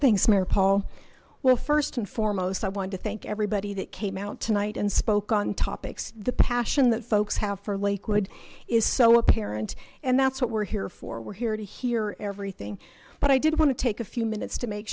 thanks mayor paul well first and foremost i wanted to thank everybody that came out tonight and spoke on topics the passion that folks have for lakewood is so apparent and that's what we're here for we're here to hear everything but i did want to take a few minutes to make